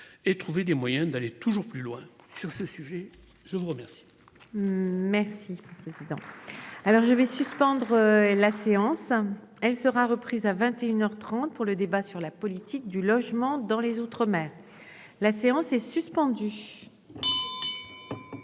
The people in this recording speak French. et trouver des moyens d'aller toujours plus loin sur ce sujet, je vous remercie. Merci président. Alors je vais suspendre la séance. Elle sera reprise à 21h 30 pour le débat sur la politique du logement dans les outre-mer. La séance est suspendue.